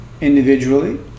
individually